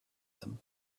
them